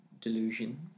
delusion